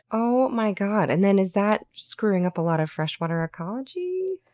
ohhh my god! and then is that screwing up a lot of freshwater ecology?